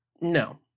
no